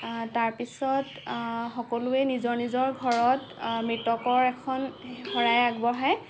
তাৰ পিছত সকলোৱে নিজৰ নিজৰ ঘৰত মৃতকৰ এখন শৰাই আগবঢ়াই